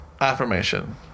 Affirmation